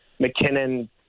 mckinnon